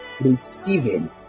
Receiving